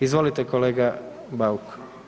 Izvolite kolega Bauk.